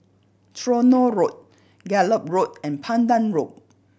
Tronoh Road Gallop Road and Pandan Road